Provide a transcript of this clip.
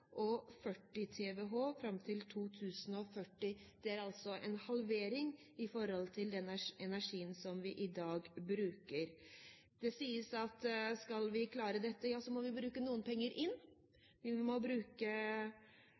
og 40 TWh fram til 2040. Det er en halvering i forhold til den energien som vi i dag bruker. Det sies at skal vi klare dette, må vi sette noen penger inn. Vi må bruke